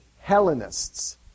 Hellenists